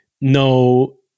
no